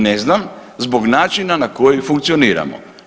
Ne znam zbog načina na koji funkcioniramo.